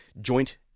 joint